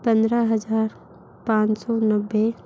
पंद्रह हजार पाँच सौ नब्बे